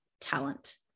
talent